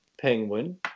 Penguin